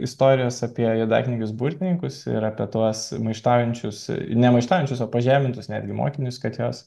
istorijos apie juodaknygius burtininkus ir apie tuos maištaujančius ne maištaujančius o pažemintus netgi mokinius kad jos